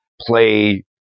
play